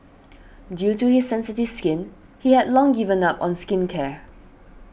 due to his sensitive skin he had long given up on skincare